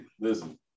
listen